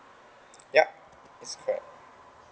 yup it's correct